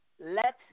let